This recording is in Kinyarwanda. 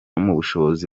n’ubushobozi